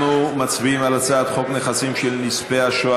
אנחנו מצביעים על הצעת חוק נכסים של נספי השואה